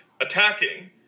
attacking